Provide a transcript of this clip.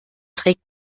trägt